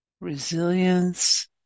resilience